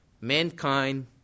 Mankind